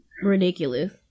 ridiculous